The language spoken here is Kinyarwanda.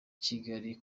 kigali